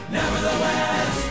nevertheless